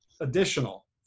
additional